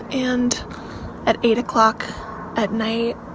and at eight o'clock at night,